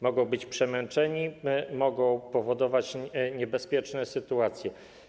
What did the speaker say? Mogą być przemęczeni, mogą powodować niebezpieczne sytuacje.